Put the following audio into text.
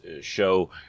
show